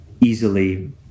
easily